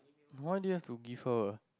why do you have to give her